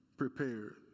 Prepared